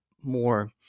more